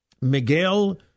Miguel